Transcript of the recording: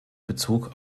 bezug